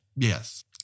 yes